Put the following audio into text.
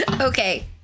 Okay